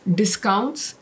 discounts